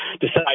decide